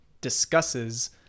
discusses